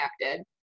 connected